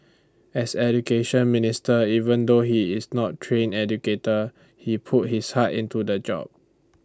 as Education Minister even though he is not trained educator he put his heart into the job